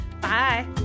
Bye